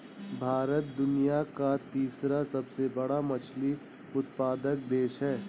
भारत दुनिया का तीसरा सबसे बड़ा मछली उत्पादक देश है